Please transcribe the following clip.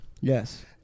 Yes